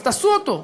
אז תעשו אותו,